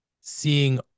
seeing